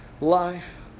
life